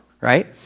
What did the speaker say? right